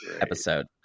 episode